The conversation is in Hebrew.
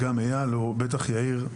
וגם אייל ובטח יאיר,